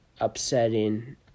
upsetting